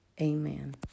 amen